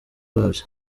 babyo